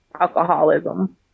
alcoholism